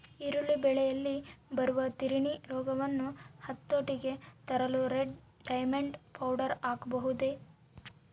ಈರುಳ್ಳಿ ಬೆಳೆಯಲ್ಲಿ ಬರುವ ತಿರಣಿ ರೋಗವನ್ನು ಹತೋಟಿಗೆ ತರಲು ರೆಡ್ ಡೈಮಂಡ್ ಪೌಡರ್ ಹಾಕಬಹುದೇ?